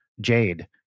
Jade